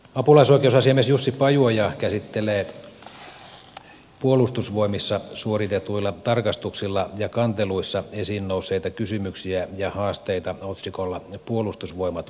apulaisoikeusasiamies jussi pajuoja käsittelee puolustusvoimissa suoritetuilla tarkastuksilla ja kanteluissa esiin nousseita kysymyksiä ja haasteita otsikolla puolustusvoimat murroksessa